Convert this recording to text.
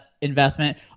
investment